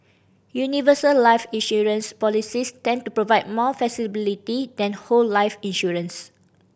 universal life insurance policies tend to provide more flexibility than whole life insurance